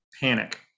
panic